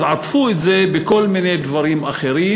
אז עטפו את זה בכל מיני דברים אחרים,